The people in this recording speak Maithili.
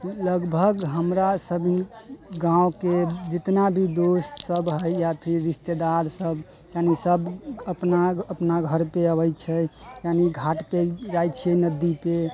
लगभग हमरा सब गाँवके जितना भी दोस्त सब हय या फिर रिश्तेदार सब यानी सब अपना अपना घरपर अबै छै यानि घाटपर ही जाइ छियै नदीपर